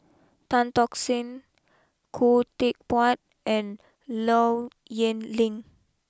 Tan Tock San Khoo Teck Puat and Low Yen Ling